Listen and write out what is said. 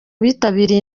bitabiriye